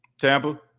Tampa